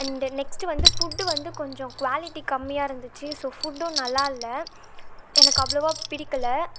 and next வந்து food வந்து கொஞ்சம் குவாலிட்டி கம்மியாக இருந்துச்சு ஸோ ஃபுட்டும் நல்லாயில்ல எனக்கு அவ்வளோவா பிடிக்கலை